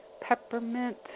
peppermint